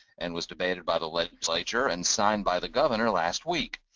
and was debated by the legislature and signed by the governor last week.